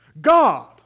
God